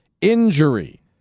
injury